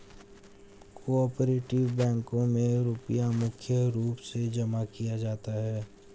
को आपरेटिव बैंकों मे रुपया मुख्य रूप से जमा किया जाता है